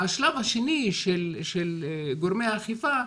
השלב השני של גורמי האכיפה,